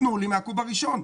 תנו לי מהקוב הראשון.